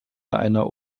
einer